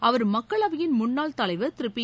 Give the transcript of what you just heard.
அவர் மக்களவையின் முன்னாள் தலைவர் திரு பி